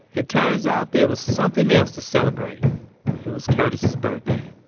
it turns out there was something else to celebrate it was curtis's birthday.